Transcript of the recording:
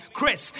Chris